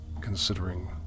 considering